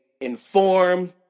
inform